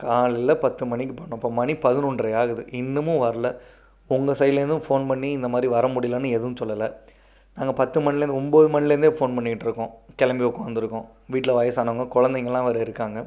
காலையில் பத்து மணிக்கு பண்ணிணோம் இப்போது மணி பதினொன்றரை ஆகுது இன்னமும் வரலே உங்கள் சைட்லேருந்தும் ஃபோன் பண்ணி இந்த மாதிரி வர முடிலைன்னு எதுவும் சொல்லலை நாங்கள் பத்து மணிலேருந்து ஒன்போது மணிலேருந்தே ஃபோன் பண்ணிகிட்ருக்கோம் கிளம்பி உக்காந்துருக்கோம் வீட்டில் வயசானவங்கள் குழந்தைங்களா வேறு இருக்காங்க